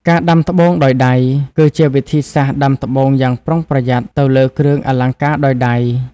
ការដាំត្បូងដោយដៃ គឺជាវិធីសាស្ត្រដាំត្បូងយ៉ាងប្រុងប្រយ័ត្នទៅលើគ្រឿងអលង្ការដោយដៃ។